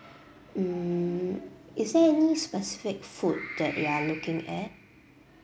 hmm is there any specific food that you are looking at